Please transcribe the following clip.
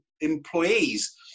employees